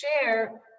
share